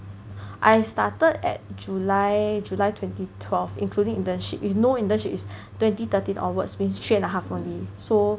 I started at july july twenty twelve including internship with no internship is twenty thirteen onwards means three and a half only so